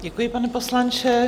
Děkuji, pane poslanče.